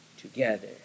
together